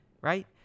right